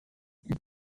and